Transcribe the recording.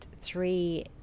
three